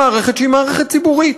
במערכת שהיא מערכת ציבורית?